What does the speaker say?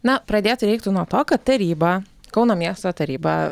na pradėti reiktų nuo to kad taryba kauno miesto taryba